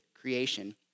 creation